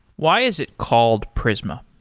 why is it called prisma?